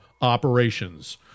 operations